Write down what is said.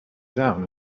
down